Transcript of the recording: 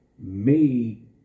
Made